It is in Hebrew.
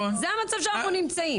זה המצב שאנחנו נמצאים.